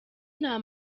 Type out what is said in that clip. nta